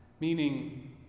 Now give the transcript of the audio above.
meaning